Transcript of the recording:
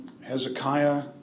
Hezekiah